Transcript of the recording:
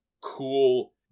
cool